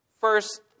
first